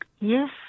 Yes